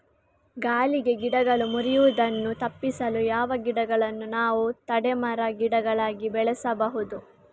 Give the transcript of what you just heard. ಗಾಳಿಗೆ ಗಿಡಗಳು ಮುರಿಯುದನ್ನು ತಪಿಸಲು ಯಾವ ಗಿಡಗಳನ್ನು ನಾವು ತಡೆ ಮರ, ಗಿಡಗಳಾಗಿ ಬೆಳಸಬಹುದು?